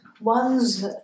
one's